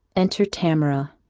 enter tamora